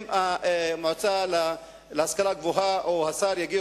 אם המועצה להשכלה גבוהה או השר יגיעו